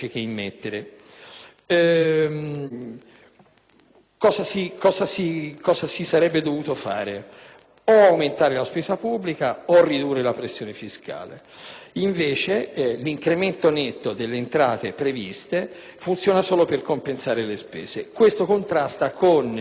Cosa si sarebbe dovuto fare? O aumentare la spesa pubblica o ridurre la pressione fiscale. Invece, l'incremento netto delle entrate previste funziona solo per compensare le spese e questo contrasta con la visione classica,